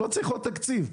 לא צריך עוד תקציב,